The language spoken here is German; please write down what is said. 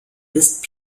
ist